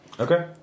Okay